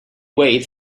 weight